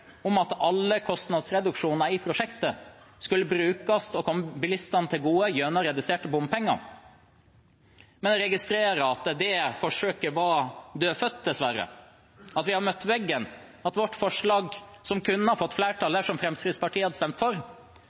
om at alle kostnadsreduksjoner i prosjektet skulle brukes og komme bilistene til gode gjennom reduserte bompenger. Men jeg registrerer at det forsøket var dødfødt, dessverre. Vi har møtt veggen. Vårt forslag, som kunne ha fått flertall dersom Fremskrittspartiet hadde villet stemme for,